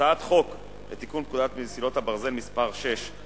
הצעת חוק לתיקון פקודת מסילות הברזל (מס' 6),